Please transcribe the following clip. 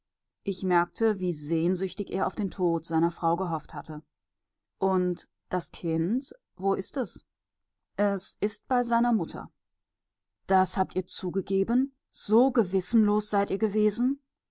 ich merkte wie sehnsüchtig er auf den tod seiner frau gehofft hatte und das kind wo ist es es ist bei seiner mutter das habt ihr zugegeben so gewissenlos seid ihr gewesen